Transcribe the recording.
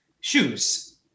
shoes